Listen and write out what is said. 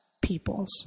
people's